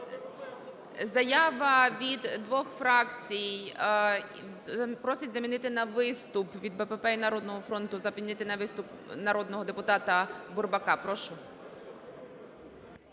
Заява від двох фракцій, просять замінити на виступ від БПП і "Народного фронту", замінити на виступ народного депутата Бурбака. Прошу.